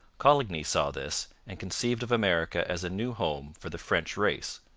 coligny saw this, and conceived of america as a new home for the french race.